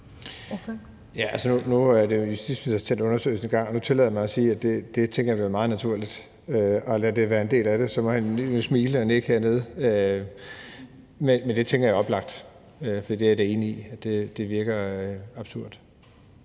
(S): Ja, nu er det jo justitsministeren, der har sat den her undersøgelse i gang. Og nu tillader jeg mig at sige, at jeg tænker, at det er meget naturligt at lade det være en del af den. Så må han jo smile og nikke hernede. Men det tænker jeg er oplagt, for det er jeg da enig i virker absurd.